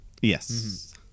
Yes